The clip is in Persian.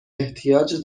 احتیاج